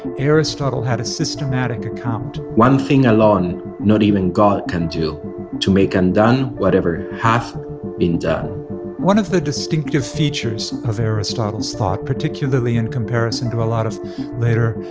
aristotle had a systematic account one thing alone not even god can do to make undone whatever hath been done one of the distinctive features of aristotle's thought, particularly in comparison to a lot of later,